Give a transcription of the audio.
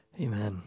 Amen